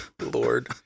Lord